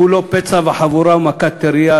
כולו "פצע וחבורה ומכה טריה,